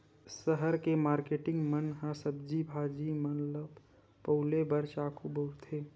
सहर के मारकेटिंग मन ह सब्जी भाजी मन ल पउले बर चाकू बउरथे